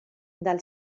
del